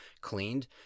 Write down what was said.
cleaned